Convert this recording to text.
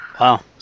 Wow